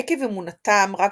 עקב אמונתם רק